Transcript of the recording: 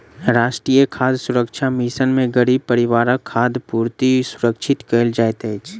राष्ट्रीय खाद्य सुरक्षा मिशन में गरीब परिवारक खाद्य पूर्ति सुरक्षित कयल जाइत अछि